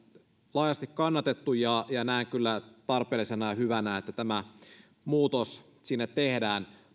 laajasti kannatettu ja ja näen kyllä tarpeellisena ja hyvänä että tämä muutos sinne tehdään